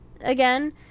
again